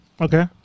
Okay